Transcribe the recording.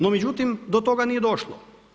No međutim, do toga nije došlo.